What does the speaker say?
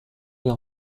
est